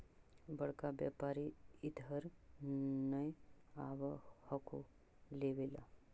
बड़का व्यापारि इधर नय आब हको लेबे ला?